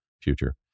Future